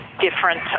different